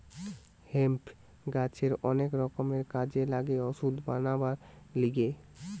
hemp গাছের অনেক রকমের কাজে লাগে ওষুধ বানাবার লিগে